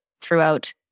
throughout